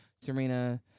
Serena